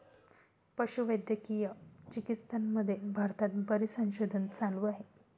पशुवैद्यकीय चिकित्सामध्ये भारतात बरेच संशोधन चालू आहे